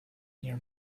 near